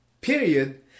period